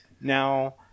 now